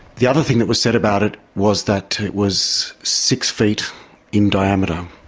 the other thing that was said about it was that it was six feet in diameter.